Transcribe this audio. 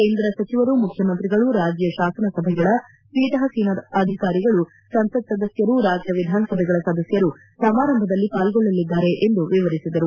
ಕೇಂದ್ರ ಸಚಿವರು ಮುಖ್ಯಮಂತ್ರಿಗಳು ರಾಜ್ನ ಶಾಸನಸಭೆಗಳ ಪೀಠಾಸೀನಾಧಿಕಾರಿಗಳು ಸಂಸತ್ ಸದಸ್ನರು ರಾಜ್ಞ ವಿಧಾನಸಭೆಗಳ ಸದಸ್ವರು ಸಮಾರಂಭದಲ್ಲಿ ಪಾಲ್ಗೊಳ್ಳಲಿದ್ದಾರೆ ಎಂದು ವಿವರಿಸಿದರು